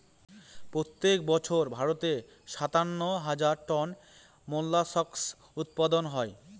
প্রত্যেক বছর ভারতে সাতান্ন হাজার টন মোল্লাসকস উৎপাদন হয়